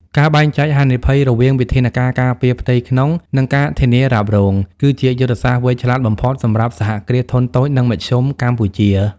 ការបែងចែកហានិភ័យរវាងវិធានការការពារផ្ទៃក្នុង និង ការធានារ៉ាប់រង គឺជាយុទ្ធសាស្ត្រវៃឆ្លាតបំផុតសម្រាប់ សហគ្រាសធុនតូច និងមធ្យម កម្ពុជា។